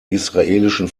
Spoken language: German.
israelischen